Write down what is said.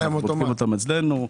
אנחנו בודקים אותם אצלנו.